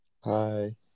Hi